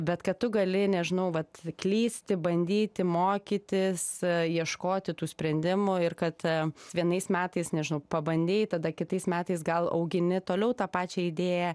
bet kad tu gali nežinau vat klysti bandyti mokytis ieškoti tų sprendimų ir kad vienais metais nežinau pabandei tada kitais metais gal augini toliau tą pačią idėją